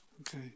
Okay